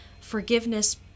forgiveness